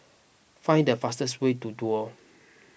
find the fastest way to Duo